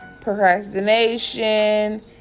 procrastination